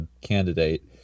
candidate